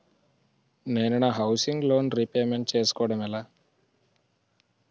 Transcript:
నేను నా housing loan repayment చేసుకోవటం ఎలా?